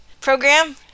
program